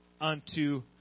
unto